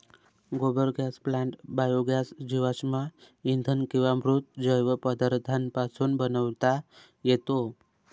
गोबर gas plant biogas जीवाश्म इंधन किंवा मृत जैव पदार्थांपासून बनवता येतो